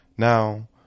Now